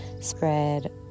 spread